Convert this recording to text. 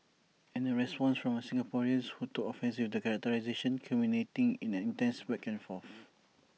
and A response from A Singaporean who took offence with that characterisation culminating in an intense back and forth